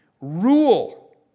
Rule